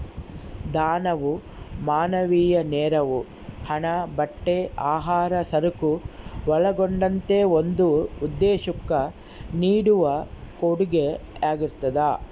ದಾನವು ಮಾನವೀಯ ನೆರವು ಹಣ ಬಟ್ಟೆ ಆಹಾರ ಸರಕು ಒಳಗೊಂಡಂತೆ ಒಂದು ಉದ್ದೇಶುಕ್ಕ ನೀಡುವ ಕೊಡುಗೆಯಾಗಿರ್ತದ